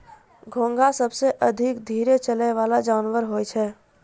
घोंघा सबसें धीरे चलै वला जानवर होय छै